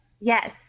Yes